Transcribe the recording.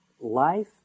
Life